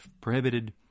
prohibited